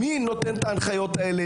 מי נותן את ההנחיות האלה?